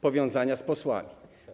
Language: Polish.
Powiazania z posłami.